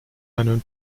einem